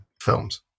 films